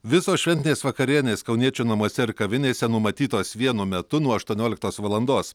visos šventinės vakarienės kauniečių namuose ar kavinėse numatytos vienu metu nuo aštuonioliktos valandos